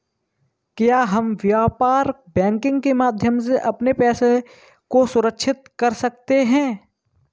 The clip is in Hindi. क्या हम व्यापार बैंकिंग के माध्यम से अपने पैसे को सुरक्षित कर सकते हैं?